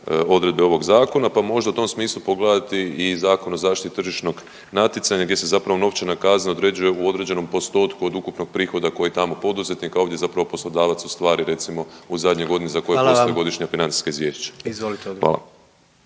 odredbe ovog zakona, pa možda u tom smislu pogledati i Zakon o zaštiti tržišnog natjecanja gdje se zapravo novčana kazna određuje u određenom postotku od ukupnog prihoda koji tamo poduzetnik, a ovdje zapravo poslodavac ostvari recimo u zadnjoj godini za koju postoji godišnja financijska izvješća. Hvala.